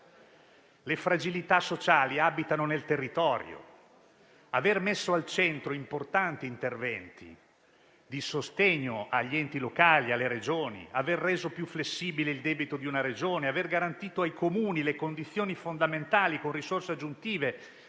Le fragilità sociali abitano nel territorio: aver messo al centro importanti interventi di sostegno agli enti locali e alle Regioni; aver reso più flessibile il debito di una Regione; infine, aver garantito ai Comuni le condizioni fondamentali con risorse aggiuntive